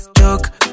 joke